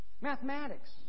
mathematics